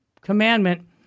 commandment